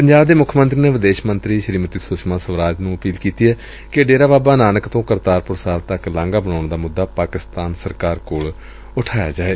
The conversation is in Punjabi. ਪੰਜਾਬ ਦੇ ਮੁੱਖ ਮੰਤਰੀ ਨੇ ਵਿਦੇਸ਼ ਮੰਤਰੀ ਸ੍ਰੀਮਤੀ ਸੁਸ਼ਮਾ ਸਵਰਾਜ ਨੂੰ ਅਪੀਲ ਕੀਤੀ ਏ ਕਿ ਡੇਰਾ ਬਾਬਾ ਨਾਨਕ ਤੋ ਕਰਤਾਰਪੁਰ ਸਾਹਿਬ ਤੱਕ ਲਾਘਾ ਬਣਾਉਣ ਦਾ ਮੁੱਦਾ ਪਾਕਿਸਤਾਨ ਸਰਕਾਰ ਕੋਲ ਊਠਾਇਆ ਜਾਏ